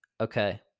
okay